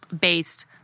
based